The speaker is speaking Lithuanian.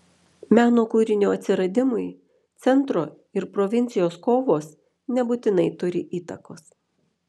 meno kūrinio atsiradimui centro ir provincijos kovos nebūtinai turi įtakos